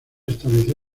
estableció